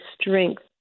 strength